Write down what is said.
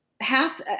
half